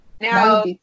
Now